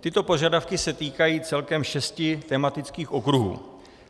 Tyto požadavky se týkají celkem šesti tematických okruhů: